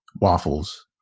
waffles